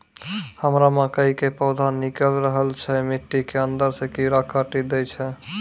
हमरा मकई के पौधा निकैल रहल छै मिट्टी के अंदरे से कीड़ा काटी दै छै?